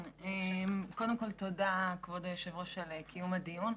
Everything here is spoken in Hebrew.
קודם כול, תודה, כבוד היושבת-ראש, על קיום הדיון.